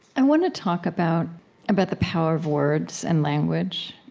and want to talk about about the power of words and language,